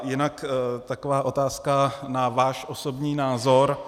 Jinak taková otázka na váš osobní názor.